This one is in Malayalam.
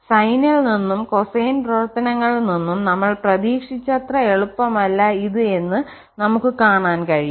സൈനിൽ നിന്നും കൊസൈൻ പ്രവർത്തനങ്ങളിൽ നിന്നും നമ്മൾ പ്രതീക്ഷിച്ചത്ര എളുപ്പമല്ല ഇത് എന്ന് നമുക്ക് കാണാൻ കഴിയും